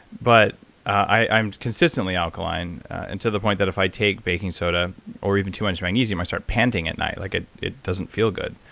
but i'm consistently alkaline and to the point that if i take baking soda or even too much magnesium i start panting at night like it it doesn't feel good,